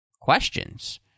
questions